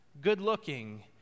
good-looking